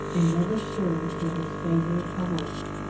and never stir till his favourite awoke.